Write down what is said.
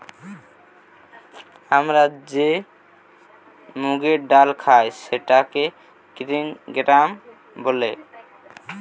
আমরা যে মুগের ডাল খাই সেটাকে গ্রিন গ্রাম বলে